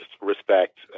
respect